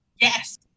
Yes